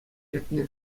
иртнӗ